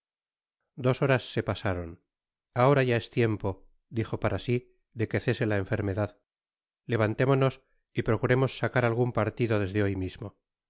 dos horas se pasaron ahora ya es tiempo dijo para si de que cese la enfermedad levantémonos y procuremos sacar algun partido desde hoy mismo